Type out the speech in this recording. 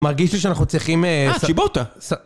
מרגיש לי שאנחנו צריכים... אה, שיבוטה!